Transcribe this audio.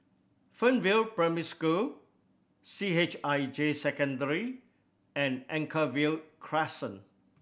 Fernvale Primary School C H I J Secondary and Anchorvale Crescent